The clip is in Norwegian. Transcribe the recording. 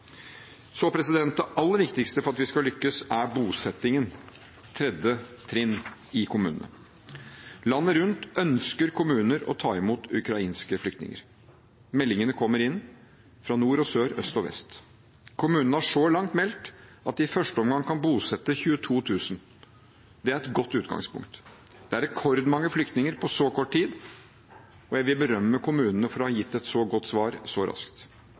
Det aller viktigste for at vi skal lykkes, er tredje trinn: bosettingen i kommunene. Landet rundt ønsker kommuner å ta imot ukrainske flyktninger. Meldingene kommer inn fra nord og sør, øst og vest. Kommunene har så langt meldt at de i første omgang kan bosette 22 000. Det er et godt utgangspunkt. Det er rekordmange flyktninger på så kort tid, og jeg vil berømme kommunene for å ha gitt et så godt svar så raskt.